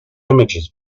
images